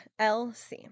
lc